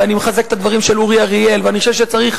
ואני מחזק את הדברים של אורי אריאל ואני חושב שצריך